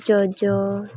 ᱡᱚᱡᱚ